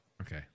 Okay